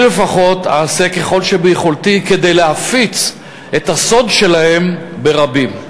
אני לפחות אעשה ככל שביכולתי כדי להפיץ את הסוד שלהם ברבים.